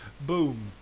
boom